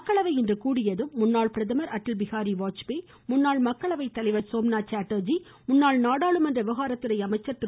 மக்களவை இன்று கூடியதும் முன்னாள் பிரதமர் அடல் பிஹாரி வாஜ்பேய் முன்னாள் மக்களவை தலைவர் சோம்நாத் சாட்டர்ஜி முன்னாள் நாடாளுமன்ற விவகாரத்துறை அமைச்சர் திரு